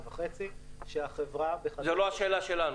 וחצי שהחברה --- זו לא השאלה שלנו.